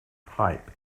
pipe